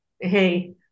hey